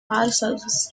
parcels